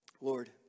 Lord